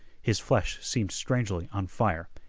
his flesh seemed strangely on fire,